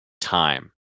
time